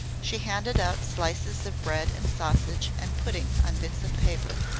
she handed out slices of bread and sausage and pudding on bits of paper.